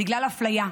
בגלל אפליה,